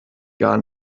gar